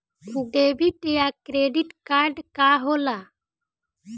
Debit या credit card का होला?